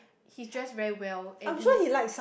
he's dressed very well and he